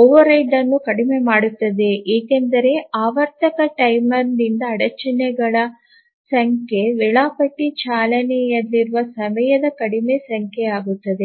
overhead ಅನ್ನು ಕಡಿಮೆ ಮಾಡುತ್ತದೆ ಏಕೆಂದರೆ ಆವರ್ತಕ ಟೈಮರ್ನಿಂದ ಅಡಚಣೆಗಳ ಸಂಖ್ಯೆ ವೇಳಾಪಟ್ಟಿ ಚಾಲನೆಯಲ್ಲಿರುವ ಸಮಯದ ಕಡಿಮೆ ಸಂಖ್ಯೆಯಾಗುತ್ತದೆ